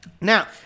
Now